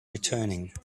returning